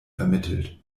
vermittelt